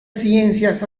ciencias